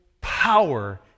power